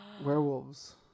werewolves